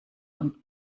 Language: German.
und